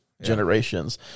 generations